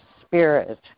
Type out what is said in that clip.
Spirit